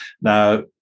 Now